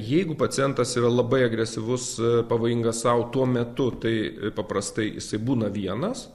jeigu pacientas yra labai agresyvus pavojingas sau tuo metu tai paprastai jisai būna vienas